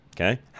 Okay